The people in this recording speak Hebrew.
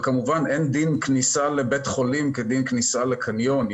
וכמובן שאין דין כניסה לבית חולים כדין כניסה לקניון.